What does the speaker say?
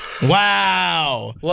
Wow